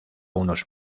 unos